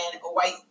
white